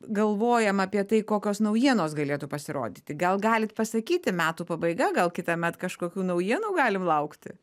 galvojam apie tai kokios naujienos galėtų pasirodyti gal galit pasakyti metų pabaiga gal kitąmet kažkokių naujienų galim laukti